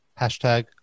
Hashtag